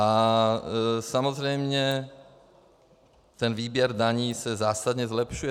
A samozřejmě výběr daní se zásadně zlepšuje.